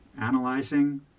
Analyzing